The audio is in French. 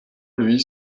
lui